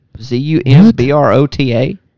Z-U-M-B-R-O-T-A